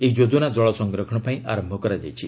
ଏହି ଯୋଜନା ଜଳସଂରକ୍ଷଣ ପାଇଁ ଆରମ୍ଭ କରାଯାଇଛି